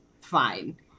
Fine